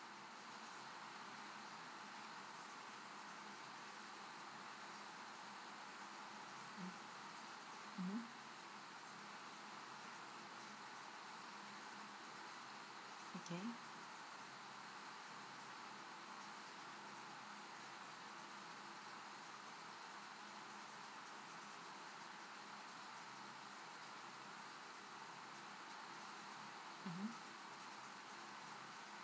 mm okay mm